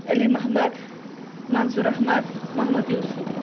Ali Mohammad Manzoor Ahmad Mohammad Yusuf